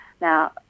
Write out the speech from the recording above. Now